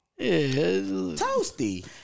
toasty